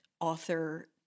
author